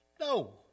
No